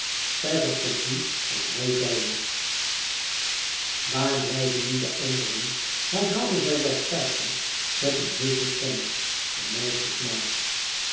zij verstond niet wat hij zeide waar blijven nu de anderen herhaalde zij werktuigelijk met een heesche stem de meisjes na